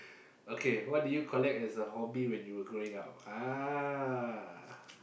okay what did you collect as a hobby when you were growing up ah